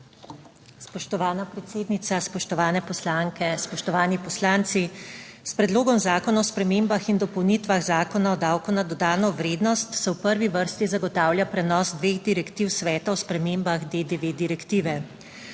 Spoštovana predsednica, spoštovane poslanke, spoštovani poslanci! S Predlogom zakona o spremembah in dopolnitvah Zakona o davku na dodano vrednost se v prvi vrsti zagotavlja prenos dveh direktiv Sveta o spremembah DDV direktive.